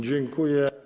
Dziękuję.